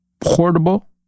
portable